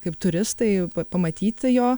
kaip turistai pamatyti jo